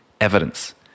evidence